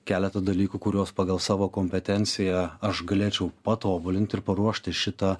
keletą dalykų kuriuos pagal savo kompetenciją aš galėčiau patobulinti ir paruošti šitą